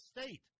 State